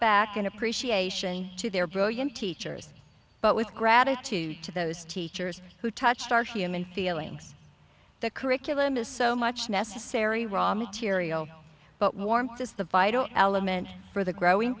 back in appreciation to their brilliant teachers but with gratitude to those teachers who touched our human feelings the curriculum is so much necessary raw material but warm is the vital element for the growing